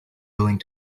willing